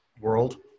world